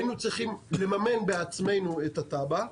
היינו צריכים לממן בעצמנו את התב"ע,